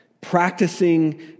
Practicing